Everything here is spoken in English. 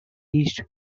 east